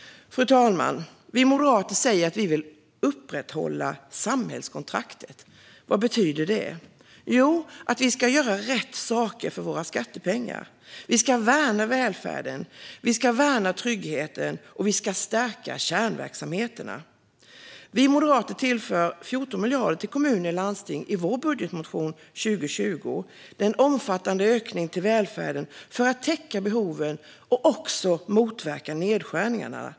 Fru talman! Vi moderater säger att vi vill upprätthålla samhällskontraktet. Vad betyder det? Jo, att vi ska göra rätt saker för våra skattepengar. Vi ska värna välfärden, värna tryggheten och stärka kärnverksamheterna. Vi moderater tillför 14 miljarder till kommuner och landsting i vår budgetmotion för 2020. Det är en omfattande ökning till välfärden för att täcka behoven och motverka nedskärningarna.